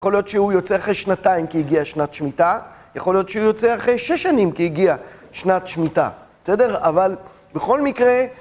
יכול להיות שהוא יוצא אחרי שנתיים, כי הגיע שנת שמיטה. יכול להיות שהוא יוצא אחרי שש שנים, כי הגיע שנת שמיטה, בסדר? אבל, בכל מקרה...